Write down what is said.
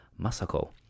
Masako